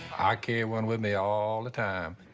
i carry one with me all the time.